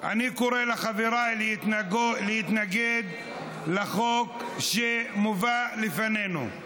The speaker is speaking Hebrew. אני קורא לחבריי להתנגד לחוק שמובא לפנינו.